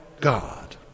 God